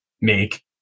make